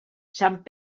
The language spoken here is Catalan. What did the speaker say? sant